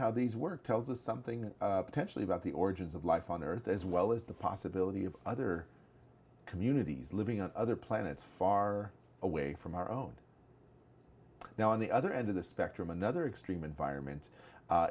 how these work tells us something potentially about the origins of life on earth as well as the possibility of other communities living on other planets far away from our own now on the other end of the spectrum another extreme environment